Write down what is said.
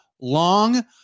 long